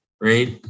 Right